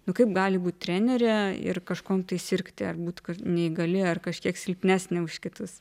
nu kaip gali būt trenerė ir kažkuom tai sirgti ar būt neįgali ar kažkiek silpnesnė už kitus